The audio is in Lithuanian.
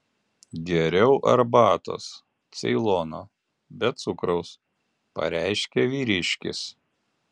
geriau arbatos ceilono be cukraus pareiškė vyriškis